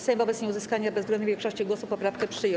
Sejm wobec nieuzyskania bezwzględnej większości głosów poprawkę przyjął.